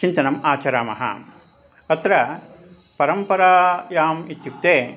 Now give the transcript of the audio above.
चिन्तनम् आचरामः अत्र परम्परायाम् इत्युक्ते